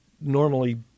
normally